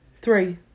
Three